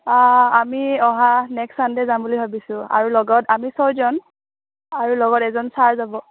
অঁ আমি অহা নেক্স চানডে যাম বুলি ভাবিছোঁ আৰু লগত আমি ছয়জন আৰু লগত এজন ছাৰ যাব